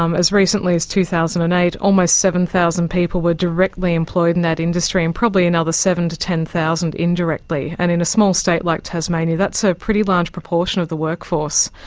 um as recently as two thousand and eight almost seven thousand people were directly employed in that industry and probably another seven ten thousand indirectly. and in a small state like tasmania, that's a pretty large proportion of the workforce.